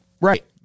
Right